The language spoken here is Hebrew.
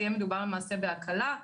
יהיה מדובר למעשה בהקלה.